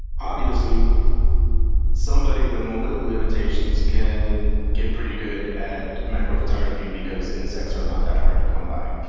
obviously somebody with mobility limitations can get pretty good at macrophotography because insects are not that hard to come by.